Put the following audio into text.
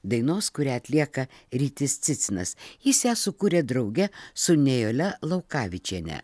dainos kurią atlieka rytis cicinas jis ją sukūrė drauge su nijole laukavičiene